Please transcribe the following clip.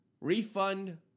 Refund